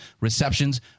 receptions